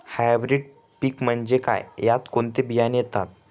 Hybrid पीक म्हणजे काय? यात कोणते बियाणे येतात?